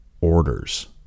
orders